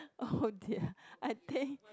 oh dear I think